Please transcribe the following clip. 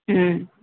ம்